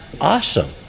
Awesome